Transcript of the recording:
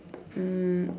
um